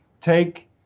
take